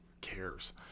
cares